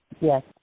Yes